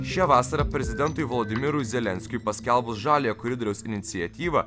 šią vasarą prezidentui volodimyrui zelenskiui paskelbus žaliojo koridoriaus iniciatyva